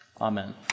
Amen